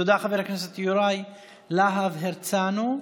תודה, חבר הכנסת יוראי להב הרצנו.